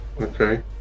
Okay